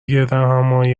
گردهمآیی